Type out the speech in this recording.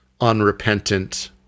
unrepentant